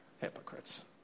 hypocrites